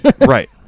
right